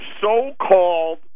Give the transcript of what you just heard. so-called